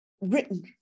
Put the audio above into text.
Written